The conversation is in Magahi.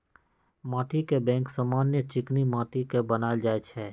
माटीके बैंक समान्य चीकनि माटि के बनायल जाइ छइ